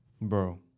Bro